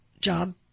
job